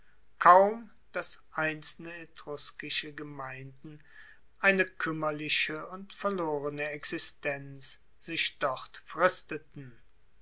kaum dass einzelne etruskische gemeinden eine kuemmerliche und verlorene existenz sich dort fristeten